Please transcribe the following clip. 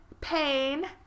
pain